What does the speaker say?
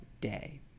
day